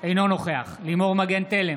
אינו נוכח לימור מגן תלם,